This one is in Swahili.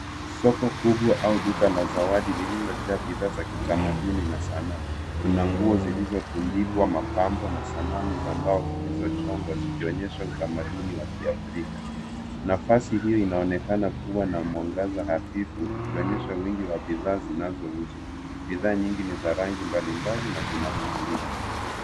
Soko kubwa au duka la zawadi lililo jaa bidhaa za kitamaduni na sanaa. Kuna nguo zilizotundikwa mapambo na sanamu za mbao zilizochongwa vikionyesha utamaduni wa kiafrika. Nafasi hiyo inaonekana kuwa na mwangaza hafifu ikionyesha wingi wa bidhaa zinazouzwa. Bidhaa nyingi ni za rangi mbali mbali na zinavutia.